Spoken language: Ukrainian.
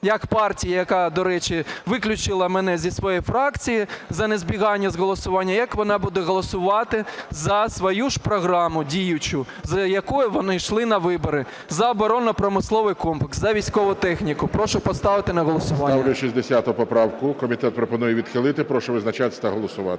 як партія, яка, до речі, виключила мене зі своєї фракції за незбігання з голосуванням, як вона буде голосувати за свою ж програму діючу, з якою вони йшли на вибори, – за обороно-промисловий комплекс, за військову техніку. Прошу поставити на голосування. ГОЛОВУЮЧИЙ. Ставлю 60 поправку. Комітет пропонує її відхилити. Прошу визначатись та голосувати.